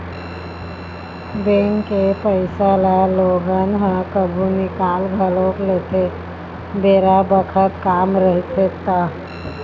bank के पइसा ल लोगन ह कभु निकाल घलोक लेथे बेरा बखत काम रहिथे ता